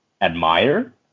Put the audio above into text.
admire